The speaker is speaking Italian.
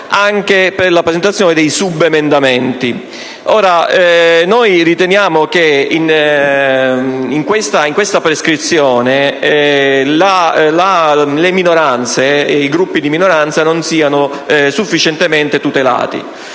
anche per la presentazione dei subemendamenti. Noi riteniamo che alla stregua di questa prescrizione i Gruppi di minoranza non siano sufficientemente tutelati.